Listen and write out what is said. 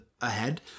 ahead